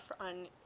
on